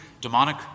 demonic